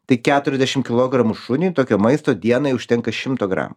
tai keturiasdešim kilogramų šuniui tokio maisto dienai užtenka šimto gramų